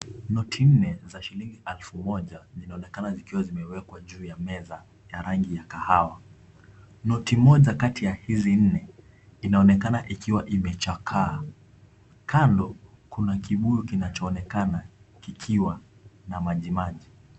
Noti nne za shilingi elfu moja zikiwa zimeekwa juu ya meza ya rangi ya kahawa, noti moja kati ya hizi nne inaonekana ikiwa imechakaa kando kuna kibuyu kinachoonekana kikiwa na maji maji.